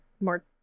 more